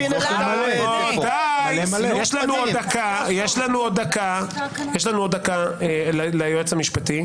--- יש לנו עוד דקה ליועץ המשפטי.